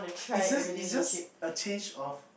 it's just it's just a change of